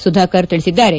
ಸುಧಾಕರ್ ತಿಳಿಸಿದ್ದಾರೆ